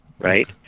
right